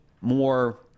more